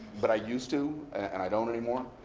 but i used to, and i don't anymore.